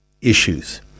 issues